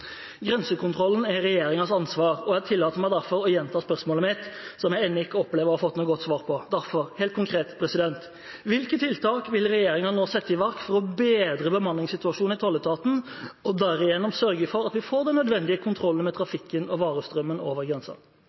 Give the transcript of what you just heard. Grensekontrollen er regjeringens ansvar, og jeg tillater meg derfor å gjenta spørsmålet mitt, som jeg ennå ikke opplever å ha fått noe godt svar på. Helt konkret: Hvilke tiltak vil regjeringen nå sette i verk for å bedre bemanningssituasjonen i tolletaten og derigjennom sørge for at vi får den nødvendige kontrollen med trafikken og varestrømmen over